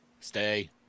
Stay